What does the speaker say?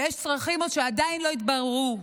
ויש צרכים שעדיין לא התבררו.